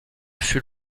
fut